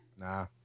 Nah